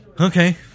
Okay